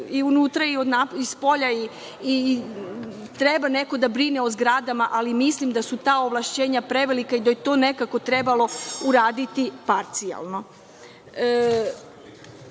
u unutra i spolja i treba neko da brine o zgradama, ali mislim da su ta ovlašćenja prevelika i da je to nekako trebalo uraditi parcijalno. Drugo